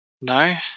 No